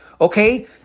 Okay